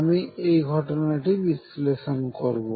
আমি এই ঘটনাটি বিশ্লেষণ করবো